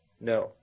No